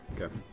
Okay